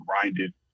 grinded